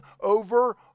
over